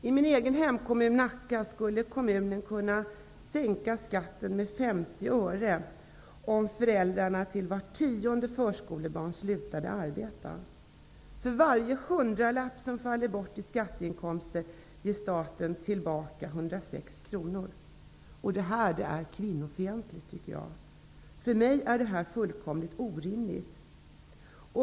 I min egen hemkommun, Nacka, skulle skatten kunna sänkas med 50 öre om föräldrarna till vart tionde förskolebarn slutade att arbeta. För varje hundralapp som faller bort i skatteinkomster ger staten tillbaka 106 kr. Detta är kvinnofientligt. För mig är det här fullkomligt orimligt.